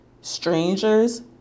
strangers